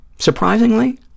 Surprisingly